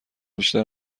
بیشتر